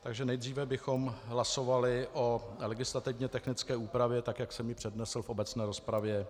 Takže nejdříve bychom hlasovali o legislativně technické úpravě, tak jak jsem ji přednesl v obecné rozpravě.